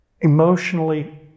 emotionally